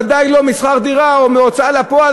ודאי משכר דירה או מההוצאה לפועל,